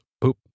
Poop